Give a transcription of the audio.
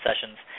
sessions